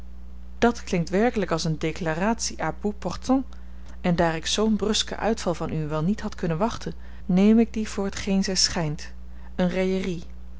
dat klinkt werkelijk als eene declaratie à bout portant en daar ik zoo'n brusken uitval van u wel niet had kunnen wachten neem ik die voor t geen zij schijnt eene